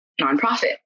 nonprofit